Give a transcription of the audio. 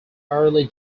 early